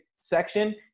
section